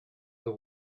the